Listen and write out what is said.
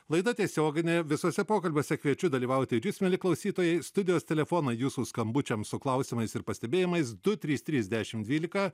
laida tiesioginė visuose pokalbiuose kviečiu dalyvauti ir jus mieli klausytojai studijos telefonai jūsų skambučiams su klausimais ir pastebėjimais du trys trys dešimt dvylika